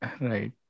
right